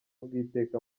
bw’iteka